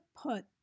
put